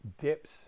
dips